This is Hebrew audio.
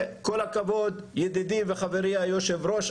כל הכבוד ידידי וחברי היושב-ראש,